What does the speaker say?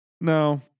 no